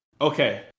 okay